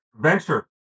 venture